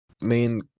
main